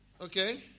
Okay